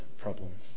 problem